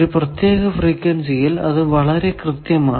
ഒരു പ്രത്യേക ഫ്രീക്വൻസിയിൽ അത് വളരെ കൃത്യമാണ്